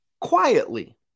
Quietly